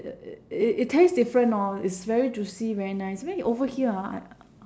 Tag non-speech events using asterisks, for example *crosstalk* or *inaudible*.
*noise* it taste different lor it's very juicy very nice then over here ah I